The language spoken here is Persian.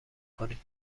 کنیم